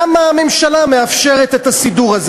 למה הממשלה מאפשרת את הסידור הזה.